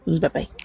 bye-bye